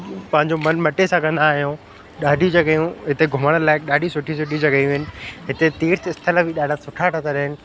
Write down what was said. पहिंजो मन मटे सघंदा आहियूं ॾाढी जॻहियूं हिते घुमण लाइ ॾाढी सुठी सुठी जॻहियूं आहिनि हिते तीर्थ स्थलु बि ॾाढा सुठा ठहियल आहिनि